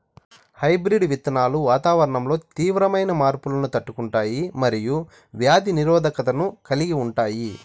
hybrid విత్తనాలు వాతావరణంలో తీవ్రమైన మార్పులను తట్టుకుంటాయి మరియు వ్యాధి నిరోధకతను కలిగి ఉంటాయి